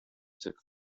took